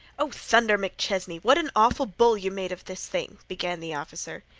oh, thunder, macchesnay, what an awful bull you made of this thing! began the officer.